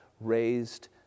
raised